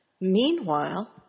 Meanwhile